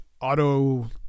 auto